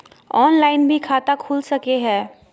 Online भी खाता खूल सके हय?